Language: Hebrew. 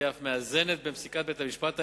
והיא אף מאזנת בין פסיקת בית-המשפט העליון,